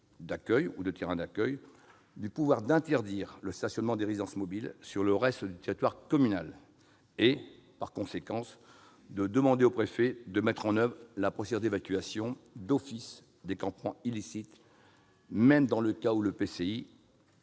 d'une aire ou de terrains d'accueil du pouvoir d'interdire le stationnement des résidences mobiles sur le reste du territoire communal et, par conséquent, de demander au préfet de mettre en oeuvre la procédure d'évacuation d'office des campements illicites, même dans le cas où l'EPCI